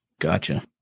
Gotcha